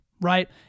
right